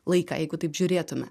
laiką jeigu taip žiūrėtume